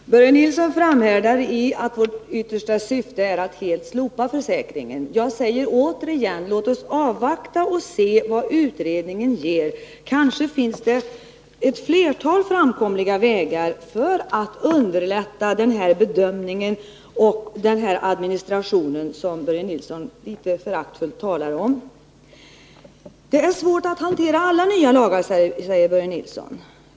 Herr talman! Börje Nilsson framhärdar i påståendet att vårt yttersta syfte är att slopa försäkringen. Jag säger återigen: Låt oss vänta och se vad utredningen ger för resultat! Kanske finns det ett flertal framkomliga vägar för att underlätta bedömningen och den administration som Börje Nilsson litet föraktfullt talar om. Det är svårt att hantera alla nya lagar, säger Börje Nilsson.